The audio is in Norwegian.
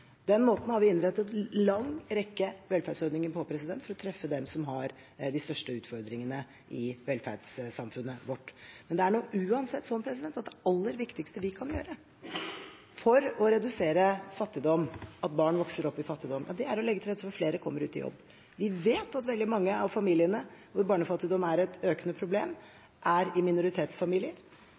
Den måten har vi innrettet en lang rekke velferdsordninger på for å treffe dem som har de største utfordringene i velferdssamfunnet vårt. Men det er nok uansett slik at det aller viktigste vi kan gjøre for å redusere fattigdom, hindre at barn vokser opp i fattigdom, er å legge til rette for at flere kommer ut i jobb. Vi vet at veldig mange av familiene hvor barnefattigdom er et økende problem, er minoritetsfamilier.